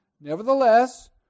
nevertheless